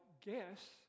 guess